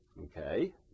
Okay